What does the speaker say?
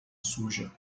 suja